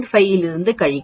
5 இலிருந்து கழிக்கவும்